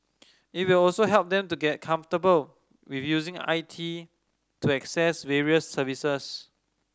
it will also help them get comfortable with using I T to access various services